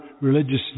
religious